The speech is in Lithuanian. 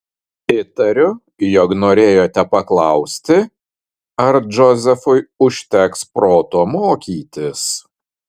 įtariu jog norėjote paklausti ar džozefui užteks proto mokytis